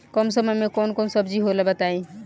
कम समय में कौन कौन सब्जी होला बताई?